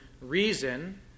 reason